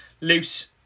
loose